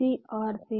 c OR c